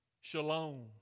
Shalom